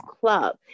club